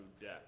death